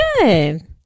good